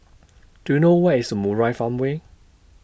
Do YOU know Where IS Murai Farmway